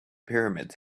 pyramids